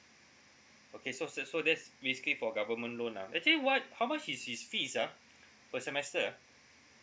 okay so so so that's basically for government loan ah actually what how much is his fees ah per semester ah